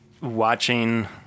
watching